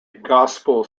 gospel